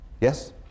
Yes